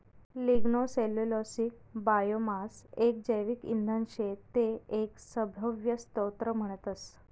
lignocellulosic biomass एक जैविक इंधन शे ते एक सभव्य स्त्रोत म्हणतस